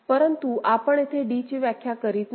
परंतु आपण येथे d ची व्याख्या करीत नाही